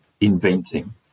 inventing